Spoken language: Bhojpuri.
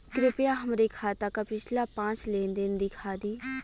कृपया हमरे खाता क पिछला पांच लेन देन दिखा दी